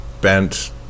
bent